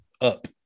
up